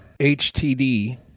HTD